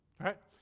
right